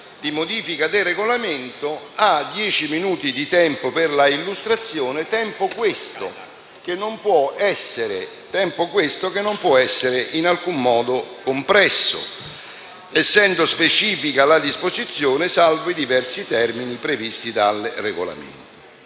di modifica del Regolamento, ha dieci minuti di tempo per l'illustrazione; tempo, questo, che non può essere in alcun modo compresso, essendo specifica la disposizione «salvi i diversi termini previsti dal Regolamento».